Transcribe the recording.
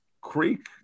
creek